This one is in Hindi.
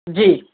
जी